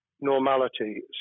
normality